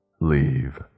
leave